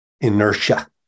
inertia